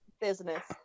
business